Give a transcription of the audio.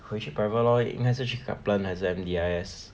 回去 private lor 因该是去 kaplan 还是 M_D_I_S